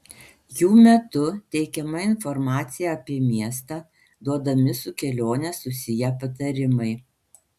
jų metu teikiama informacija apie miestą duodami su kelione susiję patarimai